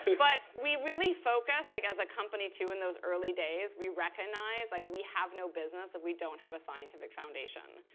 but we really focused like as a company, too, in those early days. we recognized like we have no business if we don't have a scientific foundation,